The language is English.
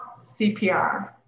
CPR